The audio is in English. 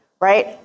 right